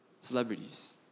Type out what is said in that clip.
celebrities